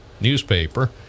newspaper